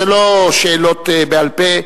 זה לא שאלות בעל-פה.